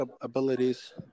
abilities